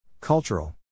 Cultural